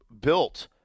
built